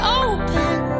open